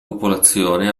popolazione